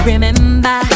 Remember